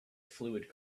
fluid